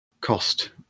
cost